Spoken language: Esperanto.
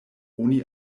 oni